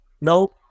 no